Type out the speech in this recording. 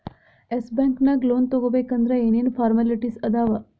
S Bank ನ್ಯಾಗ್ loan ತಗೊಬೇಕಂದ್ರ ಏನೇನ್ ಫಾರ್ಮ್ಯಾಲಿಟಿಸ್ ಅದಾವ?